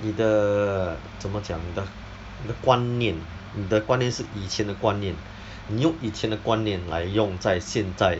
你的怎么讲你的你的观念你的观念是以前的观念你用以前的观念来用在现在